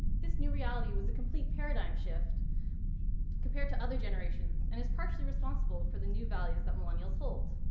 this new reality was a complete paradigm shift compared to other generations, and is partially responsible for the new values that millennials hold.